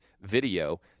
video